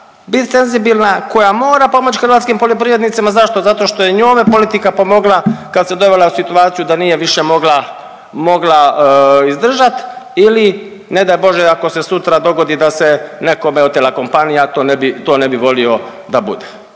bit senzibilna, koja mora pomoći hrvatskim poljoprivrednicima, zašto? Zato što je njome politika pomogla kad se dovela u situacija da nije više mogla, mogla izdržati, ili ne daj bože ako se sutra dogodi da se nekome otela kompanija, to ne bi, to ne bi volio da bude.